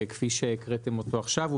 כפי שהקראתם אותו עכשיו,